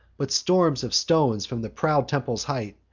but storms of stones, from the proud temple's height,